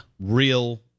real